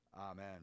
Amen